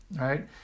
right